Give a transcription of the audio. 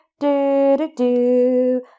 Do-do-do